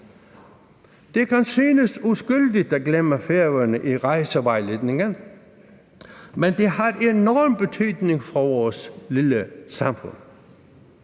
Det kan synes uskyldigt at glemme Færøerne i rejsevejledningen, men det har enorm betydning for vores lille samfund.